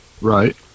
right